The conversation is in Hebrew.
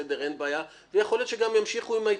אבל כמפקח דורש את הבדיקה הזו.